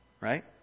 right